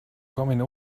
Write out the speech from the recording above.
kommen